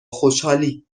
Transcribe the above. خوشحالی